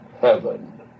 heaven